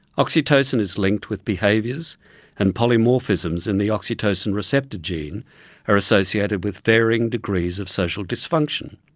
oxytocin is linked with behaviours and polymorphisms in the oxytocin receptor gene are associated with varying degrees of social dysfunction.